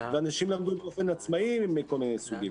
ואנשים למדו באופן עצמאי מכל מיני סוגים.